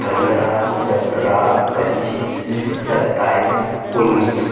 पंद्रह सत्रह पच्चीस सत्ताईस उन्नीस